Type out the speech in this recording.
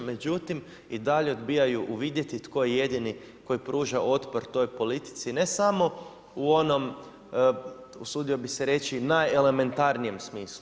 Međutim i dalje odbijaju uvidjeti tko je jedini tko pruža otpor toj politici ne samo u onom, usudio bih se reći, najelementarnijem smislu.